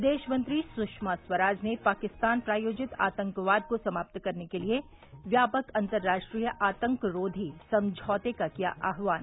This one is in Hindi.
विदेश मंत्री सुषमा स्वराज ने पाकिस्तान प्रायोजित आतंकवाद को समाप्त करने के लिए व्यापक अंतरराष्ट्रीय आतंकरोधी समझौते का किया आह्वान